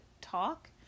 talk